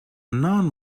non